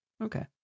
Okay